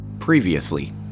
previously